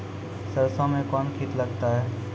सरसों मे कौन कीट लगता हैं?